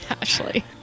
Ashley